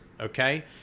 okay